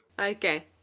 Okay